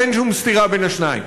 ואין שום סתירה בין השניים.